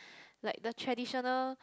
like the traditional